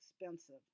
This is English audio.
expensive